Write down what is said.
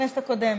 בכנסת הקודמת.